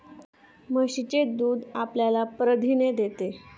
म्हशीचे दूध आपल्याला प्रथिने देते